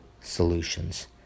solutions